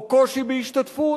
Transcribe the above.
או קושי בהשתתפות,